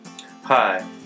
Hi